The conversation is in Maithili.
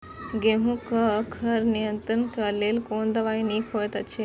गेहूँ क खर नियंत्रण क लेल कोन दवा निक होयत अछि?